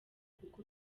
kuko